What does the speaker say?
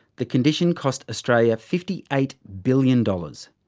the condition cost australia fifty eight billion dollars.